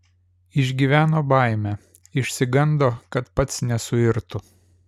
išgyveno baimę išsigando kad pats nesuirtų